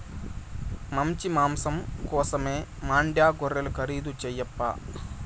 మంచి మాంసం కోసమైతే మాండ్యా గొర్రెలు ఖరీదు చేయప్పా